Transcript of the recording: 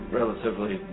relatively